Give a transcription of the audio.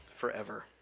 forever